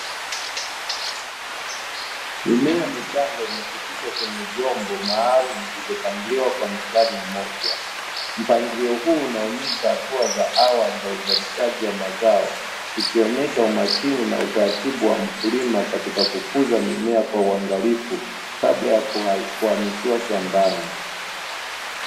Mimea michanga imechipushwa kwenye vyombo maalumu vilivyopangiliwa kwa mstari mmoja, mpangilio huu unaonyesha hatua za awali za uzalishaji wa mazao ikionyesha umakini na utaratibu wa mkulima katika kukuza mimea kwa uangalifu kabla ya kuhamishiwa shambani.